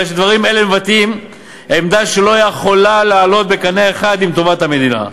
אלא שדברים אלה מבטאים עמדה שלא יכולה לעלות בקנה אחד עם טובת המדינה,